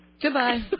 Goodbye